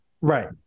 Right